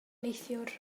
neithiwr